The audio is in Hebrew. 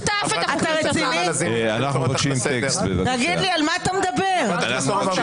אל תצאי, אורנה.